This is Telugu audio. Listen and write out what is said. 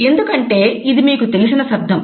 ఎందుకంటే ఇది మీకు తెలిసిన శబ్దం